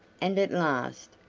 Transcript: and at last,